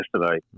yesterday